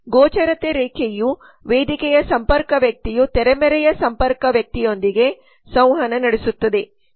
ಗೋಚರತೆಯ ರೇಖೆಯು ವೇದಿಕೆಯ ಸಂಪರ್ಕ ವ್ಯಕ್ತಿಯು ತೆರೆಮರೆಯ ಸಂಪರ್ಕ ವ್ಯಕ್ತಿಯೊಂದಿಗೆ ಸಂವಹನ ನಡೆಸುತ್ತದೆ